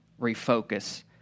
refocus